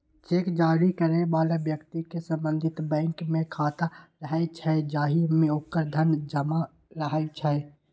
cheque जारी करै बला व्यक्ति के संबंधित बैंक मे खाता रहै छै, जाहि मे ओकर धन जमा रहै छै